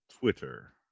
Twitter